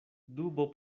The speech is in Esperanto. dubo